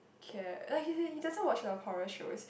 care like he he doesn't watch the horror shows